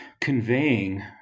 conveying